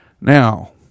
Now